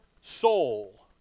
soul